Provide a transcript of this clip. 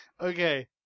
okay